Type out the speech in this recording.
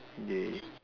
!yay!